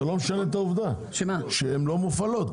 זה לא משנה את העובדה שהן לא מופעלות.